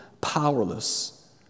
powerless